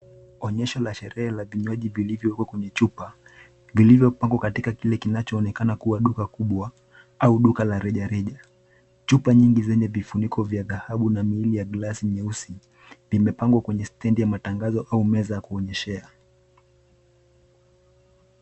Onyesho la sherehe ya vinywaji vilivyowekwa kwenye chupa vilivyopangwa katika kile kinachoonekana kuwa duka kubwa au duka la reja reja. Chupa nyingi zenye vifuniko vya dhahabu na miili ya glasi yeusi, vimepangwa kwenye stedi ya matangazo au meza ya kuonyeshea.